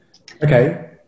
okay